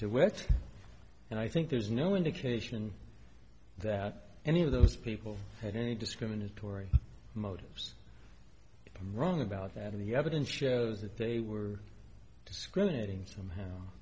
the wets and i think there's no indication that any of those people had any discriminatory motives wrong about that in the evidence shows that they were discriminating somehow